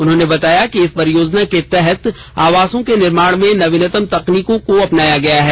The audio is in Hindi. उन्होंने बताया कि इस परियोजना के तहत अवासों के निर्माण मे नवीनतम तकनीकों को अपनाया गया है